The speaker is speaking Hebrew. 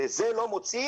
את זה לא מוצאים?